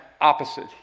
opposite